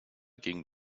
ging